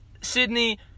Sydney